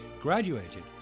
graduated